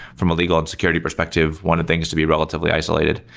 from a legal and security perspective, wanted things to be relatively isolated.